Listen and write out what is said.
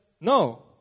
No